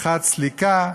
סליקה,